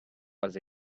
was